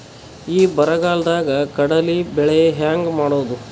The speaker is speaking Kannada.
ಈ ಬರಗಾಲದಾಗ ಕಡಲಿ ಬೆಳಿ ಹೆಂಗ ಮಾಡೊದು?